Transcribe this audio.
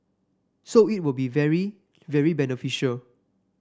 so it will be very very beneficial